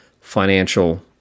financial